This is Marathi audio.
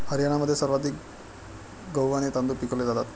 हरियाणामध्ये सर्वाधिक गहू आणि तांदूळ पिकवले जातात